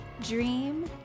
Dream